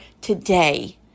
today